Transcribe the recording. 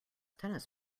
tennis